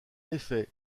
effet